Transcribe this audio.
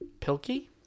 Pilkey